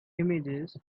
images